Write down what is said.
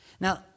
Now